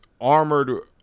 armored